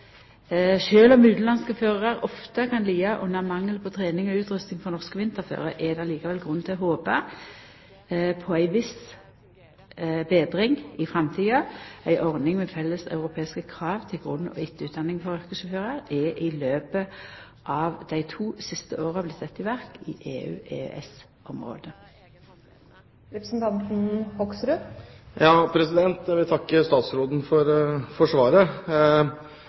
om utanlandske førarar ofte kan lida under mangel på trening og utrusting for norsk vinterføre, er det likevel grunn til å håpa på ei viss betring i framtida. Ei ordning med felleseuropeiske krav til grunn- og etterutdanning for yrkessjåførar har dei to siste åra vorte sett i verk i EU/EØS-området. Jeg vil takke statsråden for svaret.